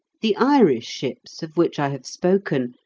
the irish ships, of which i have spoken,